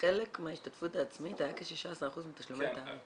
חלק מההשתתפות העצמית היה כ-16% מתשלומי -- כן.